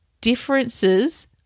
differences